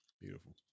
Beautiful